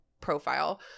profile